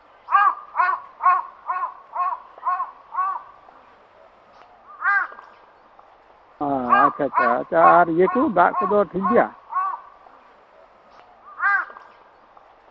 ᱚ ᱟᱪᱪᱷᱟ ᱟᱪᱪᱷᱟ ᱟᱨ ᱤᱭᱟᱹ ᱫᱟᱜ ᱠᱚᱫᱚ ᱴᱷᱤᱠ ᱜᱮᱭᱟ